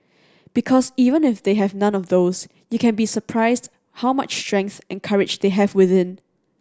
because even if they have none of those you can be surprised how much strength and courage they have within